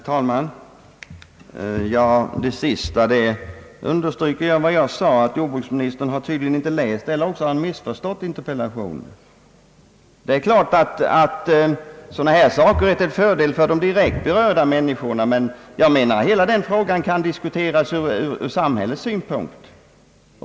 Herr talman! Det sist sagda understryker ju vad jag tidigare sagt, nämligen att jordbruksministern antingen inte har läst eller också har missförstått interpellationen. Det är givet att vad vi här talar om är till fördel för de direkt berörda människorna, men hela frågan bör enligt min mening diskuteras ur samhällets synpunkt.